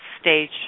stage